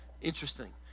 Interesting